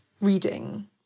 reading